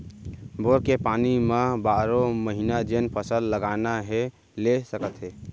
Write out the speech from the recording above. bore के पानी म बारो महिना जेन फसल लगाना हे ले सकत हे